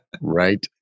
right